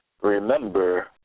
Remember